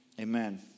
Amen